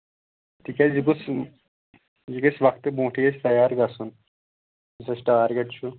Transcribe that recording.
تِکیازِ یہِ گوٚژھ یہِ گژھِ وقتہٕ برٛونٛٹھٕے اَسہِ تَیار گژھُن یُس اَسہِ ٹارگیٹ چھُ